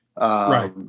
Right